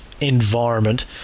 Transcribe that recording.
environment